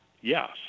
yes